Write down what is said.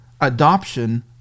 adoption